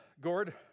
Gord